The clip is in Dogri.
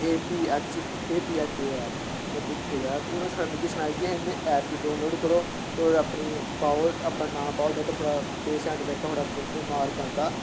A P H A P H app में दिक्खेआ यार उ'नें मिगी सनाया जे असें इ'यां ऐप गी डाउनलोड करो तुस अपनी पाओ अपना नांऽ पाओ जेह्का थुआड़ा पेशेंट जेह्का थुआड़ा बमार बंदा